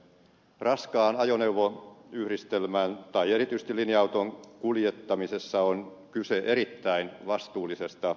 raskaan ajoneuvoyhdistelmän ja erityisesti linja auton kuljettamisessa on kyse erittäin vastuullisesta tehtävästä